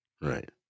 Right